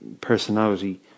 personality